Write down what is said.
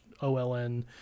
OLN